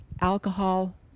alcohol